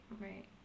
right